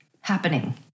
happening